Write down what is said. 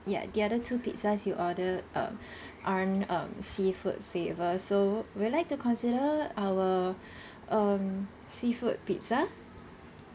ya the other two pizzas you ordered uh aren't um seafood flavour so would you like to consider our um seafood pizza